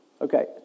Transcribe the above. Okay